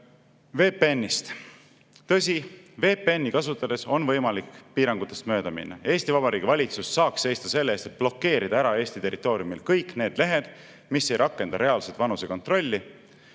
VPN-ist. Tõsi, VPN-i kasutades on võimalik piirangutest mööda minna. Eesti Vabariigi valitsus saaks seista selle eest, et blokeerida ära Eesti territooriumil kõik need lehed, mis ei rakenda reaalset vanusekontrolli.